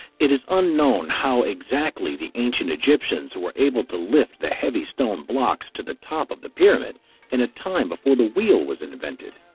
it is unknown how exactly the ancient egyptians were able to lift the heavy stone blocks to the top of the pyramid in a time before the wheel was invented.